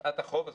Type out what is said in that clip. מפאת החוב הזה.